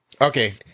okay